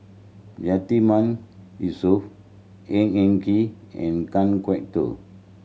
Yatiman Yusof Ng Eng Kee and Kan Kwok Toh